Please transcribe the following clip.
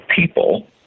people